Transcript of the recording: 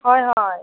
হয় হয়